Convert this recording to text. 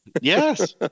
Yes